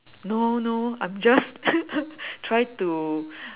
no no I'm just try to